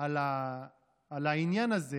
על העניין הזה